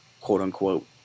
quote-unquote